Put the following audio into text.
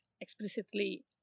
explicitly